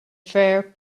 fair